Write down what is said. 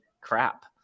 crap